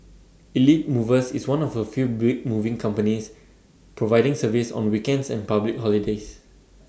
elite movers is one of A few big moving companies providing service on weekends and public holidays